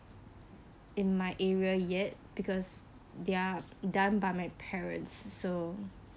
in my area yet because they are done by my parents so